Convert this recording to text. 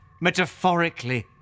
metaphorically